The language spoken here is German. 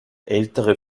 ältere